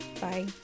Bye